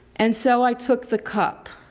and so i took the cup.